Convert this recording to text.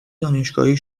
دانشگاهی